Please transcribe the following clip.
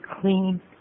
clean